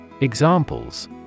Examples